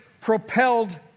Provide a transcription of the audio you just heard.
propelled